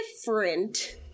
different